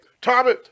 Tommy